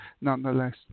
nonetheless